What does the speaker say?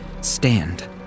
stand